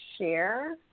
share